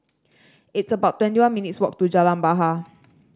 it's about twenty one minutes' walk to Jalan Bahar